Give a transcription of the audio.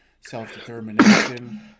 self-determination